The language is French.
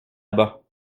bas